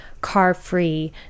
car-free